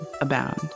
abound